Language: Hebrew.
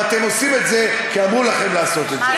ואתם עושים את זה כי אמרו לכם לעשות את זה.